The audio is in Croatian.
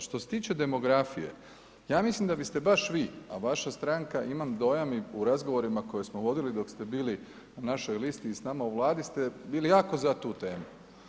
Što se tiče demografije, ja mislim da biste se baš vi, a vaša stranka imam dojam i u razgovorima koje smo vodili dok ste bili na našoj listi i s nama u vladi ste bili jako za tu temu.